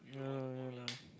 yeah lah